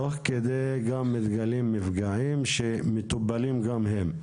תוך כדי גם מתגלים מפגעים שמטופלים גם הם?